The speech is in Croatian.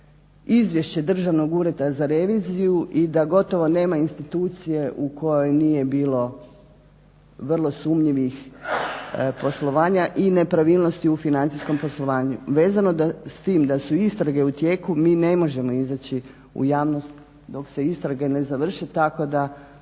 izvješće Državnog ureda za reviziju i da gotovo nema institucije u kojoj nije bilo vrlo sumnjivih poslovanja i nepravilnosti u financijskom poslovanju. Vezano s tim da su istrage u tijeku, mi ne možemo izaći u javnost dok se istrage ne završe. Tako da